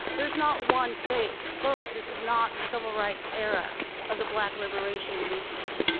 there's not one face. folks, this is not the civil rights era of the black liberation movement.